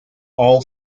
all